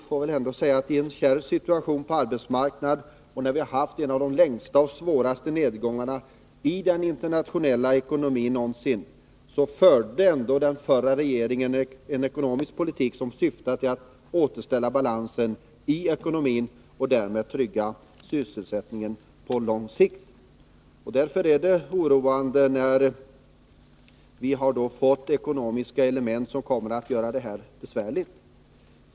Ten kärv situation på arbetsmarknaden och när vi hade en av de längsta och svåraste nedgångarna i den internationella ekonomin någonsin, förde ändå den förra regeringen en ekonomisk politik som syftade till att återställa balansen i ekonomin och därmed trygga sysselsättningen på lång sikt. Därför är det oroande när vi fått ekonomiska element som kommer att göra det besvärligt.